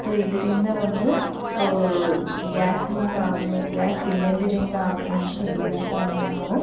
so ಇದ್ರಿಂದ ಒಂದು ಗ್ಯಾಸ್ನಿಂದ ಆಗು ಗ್ಯಾಸ್ ಸಿಲಿಂಡರಿಂದ ಆಗುವಂಥ ದುರಂತವನ್ನು ನಾವು